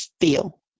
feel